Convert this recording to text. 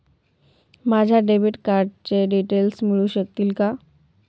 माझ्या डेबिट कार्डचे डिटेल्स मिळू शकतील का?